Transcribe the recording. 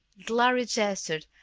lhari gestured,